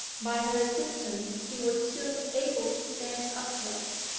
by her assistance he was soon able to stand upright.